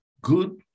good